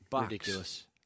ridiculous